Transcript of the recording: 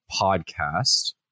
podcast